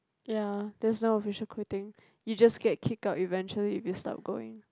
ya there's no official quitting you just get kicked out eventually if you stop going